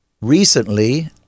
recently